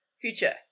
future